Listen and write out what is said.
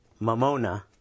Mamona